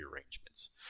arrangements